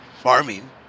farming